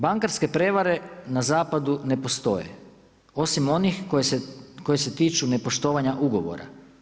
Bankarske prevare na zapadu ne postoje osim onih koji se tiču nepoštovanja ugovora.